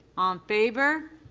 um favor.